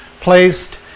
placed